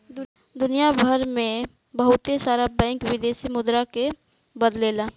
दुनियभर में बहुत सारा बैंक विदेशी मुद्रा के बदलेला